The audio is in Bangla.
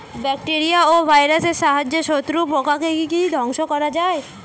ব্যাকটেরিয়া ও ভাইরাসের সাহায্যে শত্রু পোকাকে কি ধ্বংস করা যায়?